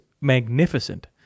magnificent